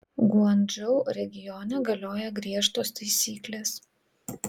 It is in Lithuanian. guangdžou regione galioja griežtos taisyklės